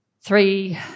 three